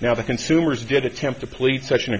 now the consumers did attempt to plead such an